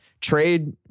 trade